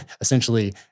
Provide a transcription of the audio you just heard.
essentially